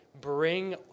bring